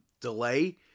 delay